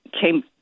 came